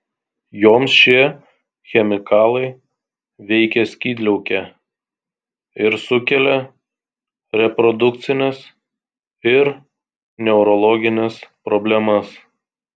joms šie chemikalai veikia skydliaukę ir sukelia reprodukcines ir neurologines problemas